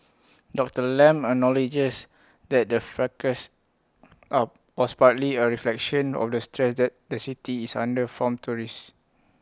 Doctor Lam acknowledges that the fracas was partly A reflection of the stress that the city is under from tourists